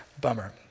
Bummer